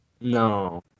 No